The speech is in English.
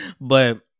But-